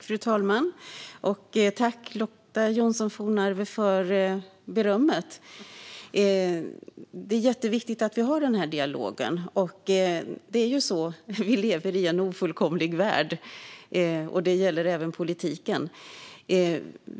Fru talman! Tack, Lotta Johnsson Fornarve, för berömmet! Det är jätteviktigt att vi har den här dialogen. Vi lever ju i en ofullkomlig värld, och detta gäller även politiken.